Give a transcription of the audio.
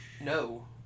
No